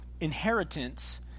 inheritance